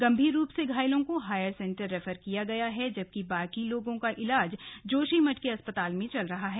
गंभीर रूप से घायलों को हायर सेंटर रेफर किया गया है जबकि बाकी लोगों का इलाज जोशीमठ के अस्पताल में चल रहा है